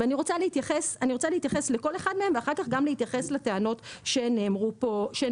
אני רוצה להתייחס לכל אחד מהם ואחר כך גם להתייחס לטענות שנאמרו פה.